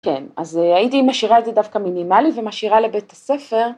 כן, אז הייתי משאירה את זה דווקא מינימלי ומשאירה לבית הספר.